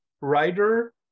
writer